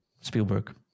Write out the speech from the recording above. Spielberg